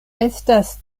estas